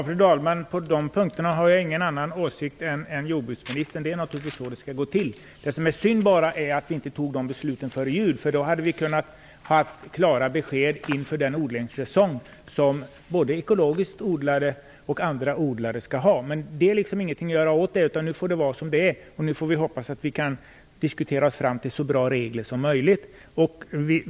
Fru talman! På de här punkterna har jag ingen annan åsikt än jordbruksministern - det är naturligtvis så det skall gå till. Det är bara synd att vi inte fattade beslut före jul, därför att då hade vi haft klara besked till både ekologiska odlare och andra odlare inför nästa odlingssäsong. Men vi kan inte göra någonting åt det nu, utan det får vara som det är.